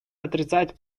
отрицать